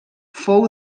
fou